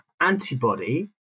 antibody